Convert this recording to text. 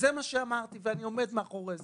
זה מה שאמרתי ואני עומד מאחורי זה.